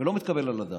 ולא מתקבל על הדעת.